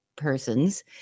persons